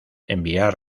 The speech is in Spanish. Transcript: enviar